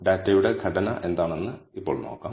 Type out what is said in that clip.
ഡാറ്റയുടെ ഘടന എന്താണെന്ന് ഇപ്പോൾ നോക്കാം